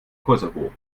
kosovo